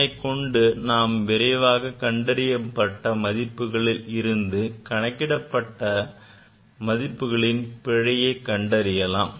இதனைக் கொண்டு நாம் விரைவாக கண்டறியப்பட்ட மதிப்புகளில் இருந்து கணக்கிடப்பட்ட மதிப்புகளின் பிழையை கண்டறியலாம்